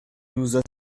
nous